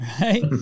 right